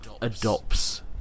adopts